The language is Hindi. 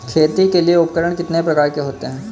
खेती के लिए उपकरण कितने प्रकार के होते हैं?